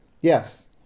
Yes